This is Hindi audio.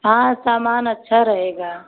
हाँ सामान अच्छा रहेगा